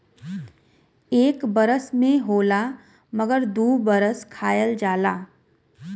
एक बरस में होला मगर दू बरस खायल जाला